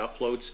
uploads